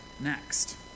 next